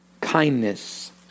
kindness